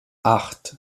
acht